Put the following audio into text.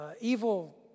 evil